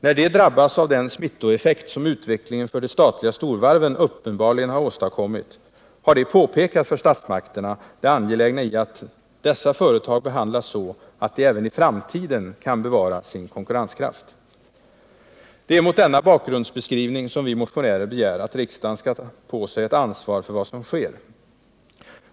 När de drabbas av den smittoeffekt som utvecklingen för de statliga storvarven uppenbarligen har åstadkommit har de påpekat för statsmakterna det angelägna i att dessa företag behandlas så att de även i framtiden kan bevara sin konkurrenskraft. Det är mot denna bakgrundsbeskrivning som vi motionärer begär att riksdagen skall ta på sig ett ansvar för vad som sker.